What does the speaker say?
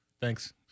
Thanks